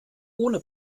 ohne